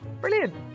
Brilliant